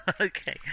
Okay